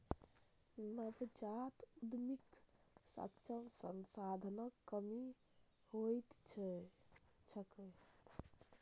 नवजात उद्यमीक समक्ष संसाधनक कमी होइत छैक